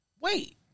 wait